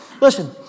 Listen